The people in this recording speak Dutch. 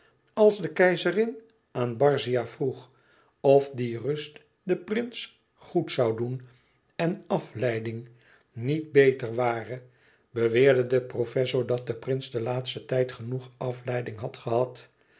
als de keizerin aan barzia vroeg of die rust den prins goed zoû doen en afleiding niet beter ware beweerde de professor dat de prins den laatsten tijd genoeg afleiding had gehad